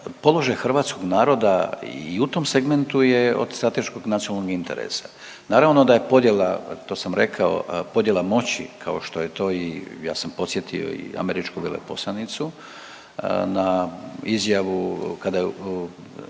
položaj hrvatskog naroda i u tom segmentu je od strateškog i nacionalnog interesa. Naravno da je podjela, to sam rekao, podjela moći kao što je to i ja sam podsjetio i američku veleposlanicu na izjavu kada je